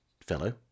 fellow